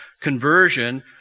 conversion